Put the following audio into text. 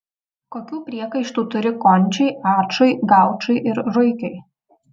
kokių priekaištų turi končiui ačui gaučui ir ruikiui